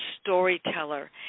storyteller